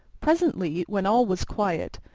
presently, when all was quiet,